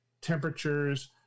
temperatures